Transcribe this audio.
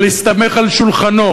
ולהיסמך על שולחנו,